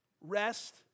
Rest